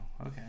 okay